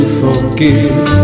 forgive